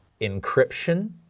Encryption